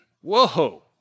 whoa